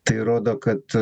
tai rodo kad